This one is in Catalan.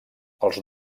els